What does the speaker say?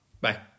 Bye